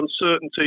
uncertainty